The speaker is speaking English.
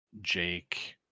Jake